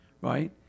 right